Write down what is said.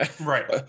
right